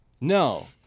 No